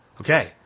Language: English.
Okay